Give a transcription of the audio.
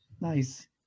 Nice